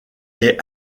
est